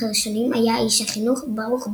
הראשונים היה איש החינוך ברוך בן-יהודה.